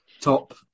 top